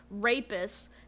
rapists